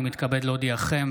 אני מתכבד להודיעכם,